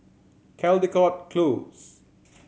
Caldecott Close